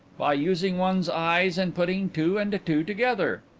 by using one's eyes and putting two and two together.